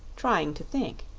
trying to think.